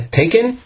taken